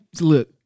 look